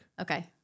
okay